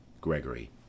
Gregory